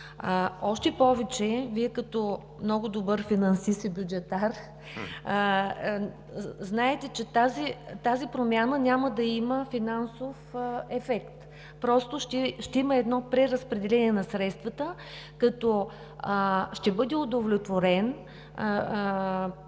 Още повече, Вие като много добър финансист и бюджетар знаете, че тази промяна няма да има финансов ефект, а просто ще има едно преразпределение на средствата, като ще бъде удовлетворена